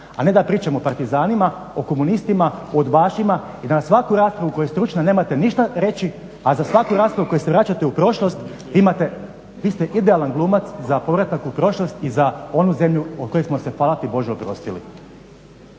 A ne da pričam o partizanima, o komunistima, o udbašima i da na svaku raspravu koja je stručna nemate ništa reći, a za svaku raspravu koju se vraćate u prošlost vi ste idealan glumac za povratak u prošlost i za onu zemlju od koje smo se, hvala ti Bože, oprostili.